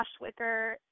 Wicker